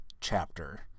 chapter